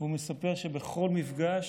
והוא מספר שבכל מפגש